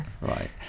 right